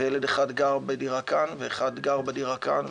וילד אחד גר בדירה כאן ואחד גר בדירה כאן,